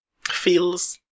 Feels